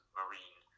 marine